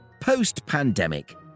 Post-pandemic